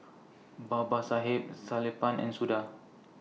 Babasaheb Sellapan and Suda